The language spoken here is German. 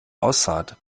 aussaat